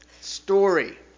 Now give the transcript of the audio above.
story